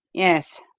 yes,